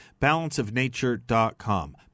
balanceofnature.com